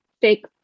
fake